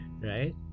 right